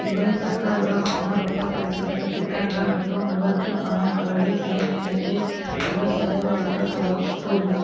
இவை சட்டவிரோதமான ரொக்க பரிசுகள் திட்டங்கள் மற்றும் உங்களுக்கு பணம் அல்லது சிறை நேரத்தை கூட செலவழிக்கக்கூட கூடும்